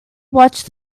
watched